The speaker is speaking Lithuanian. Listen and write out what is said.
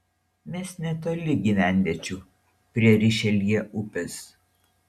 mes netoli gyvenviečių prie rišeljė upės